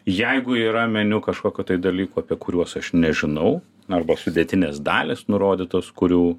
jeigu yra meniu kažkokių dalykų apie kuriuos aš nežinau arba sudėtinės dalys nurodytos kurių